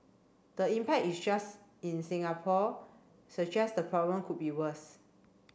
the impact is just in Singapore suggests the problem could be worse